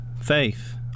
faith